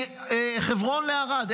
מחברון לערד?